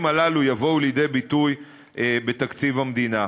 הללו יבואו לידי ביטוי בתקציב המדינה.